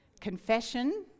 Confession